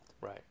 Right